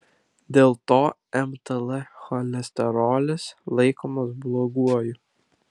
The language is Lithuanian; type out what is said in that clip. dėl to mtl cholesterolis laikomas bloguoju